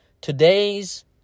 today's